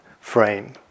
frame